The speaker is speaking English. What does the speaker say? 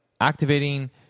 activating